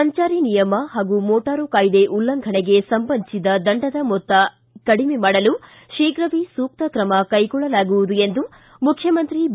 ಸಂಚಾರಿ ನಿಯಮ ಹಾಗೂ ಮೋಟಾರು ಕಾಯ್ದೆ ಉಲ್ಲಂಘನೆಗೆ ಸಂಬಂಧಿಸಿದ ದಂಡದ ಮೊತ್ತ ಕಡಿಮೆ ಮಾಡಲು ಶೀಘವೇ ಸೂಕ್ತ ಕ್ರಮ ಕೈಗೊಳ್ಳಲಾಗುವುದು ಎಂದು ಮುಖ್ಯಮಂತ್ರಿ ಬಿ